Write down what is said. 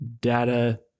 data